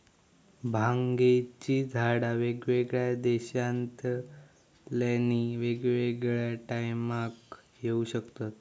भांगेची झाडा वेगवेगळ्या देशांतल्यानी वेगवेगळ्या टायमाक येऊ शकतत